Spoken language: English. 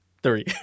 Three